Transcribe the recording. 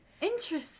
Interesting